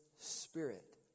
Spirit